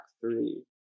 three